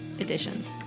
editions